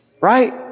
right